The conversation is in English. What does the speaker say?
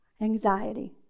anxiety